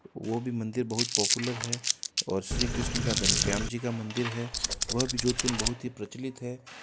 वो भी मंदिर बहुत पॉपुलर है और श्री कृष्ण का घनश्याम जी का मंदिर है वह भी जोधपुर में बहुत ही प्रचलित है